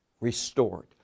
restored